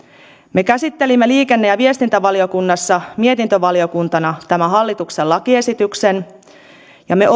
me käsittelimme liikenne ja viestintävaliokunnassa mietintövaliokuntana tämän hallituksen lakiesityksen ja me